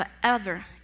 forever